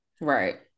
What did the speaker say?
Right